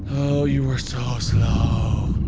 ah you are so slow.